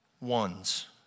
ones